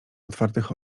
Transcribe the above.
otwartych